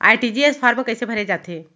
RTGS form कइसे भरे जाथे?